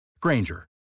Granger